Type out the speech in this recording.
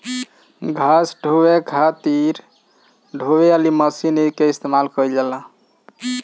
घास ढोवे खातिर खातिर ढोवे वाली मशीन के इस्तेमाल कइल जाला